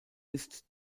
ist